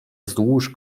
wzdłuż